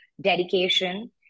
dedication